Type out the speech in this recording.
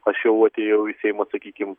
aš jau atėjau į seimą sakykim